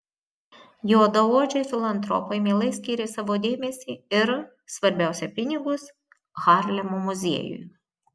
juodaodžiai filantropai mielai skyrė savo dėmesį ir svarbiausia pinigus harlemo muziejui